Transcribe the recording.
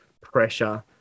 pressure